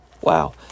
Wow